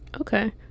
Okay